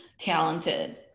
talented